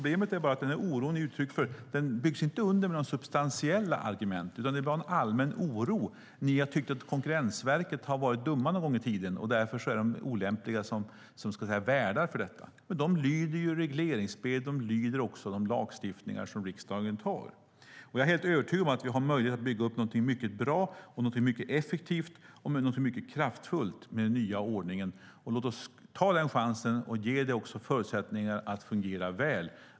Denna oro byggs inte heller under med några substantiella argument, utan det är en allmän oro. Ni har tyckt att Konkurrensverket har varit dumma en gång i tiden, och därför är de olämpliga som värdar för detta. Men de lyder regleringsbrev och de lagar som riksdagen stiftar. Jag är övertygad om att vi har möjlighet att bygga upp något bra, effektivt och kraftfullt med den nya ordningen. Låt oss ta denna chans och ge det förutsättningar att fungera väl.